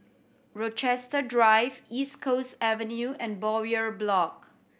Rochester Drive East Coast Avenue and Bowyer Block